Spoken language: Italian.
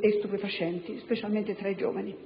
e stupefacenti, specialmente tra i giovani.